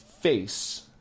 face